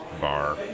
bar